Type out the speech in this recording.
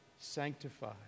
sanctified